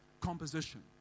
composition